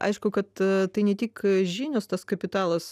aišku kad tai ne tik žinios tas kapitalas